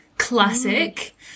Classic